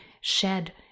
shed